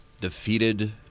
defeated